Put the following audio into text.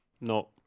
No